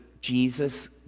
Jesus